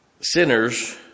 Sinners